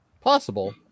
Possible